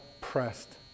pressed